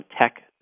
tech